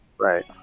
Right